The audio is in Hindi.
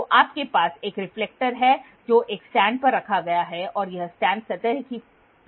तो आपके पास एक रिफ्लेक्टर है जो एक स्टैंड पर रखा गया है और यह स्टैंड सतह की प्लेट पर रखा गया है